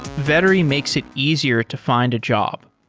vettery makes it easier to find a job.